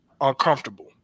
uncomfortable